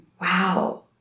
Wow